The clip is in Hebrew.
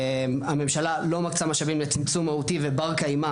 הממשלה לא מקצה משאבים לצמצום מהותי ובר-קיימא